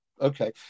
Okay